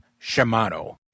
shimano